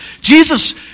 Jesus